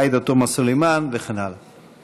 עאידה תומא סלימאן וכן הלאה.